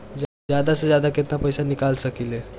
जादा से जादा कितना पैसा निकाल सकईले?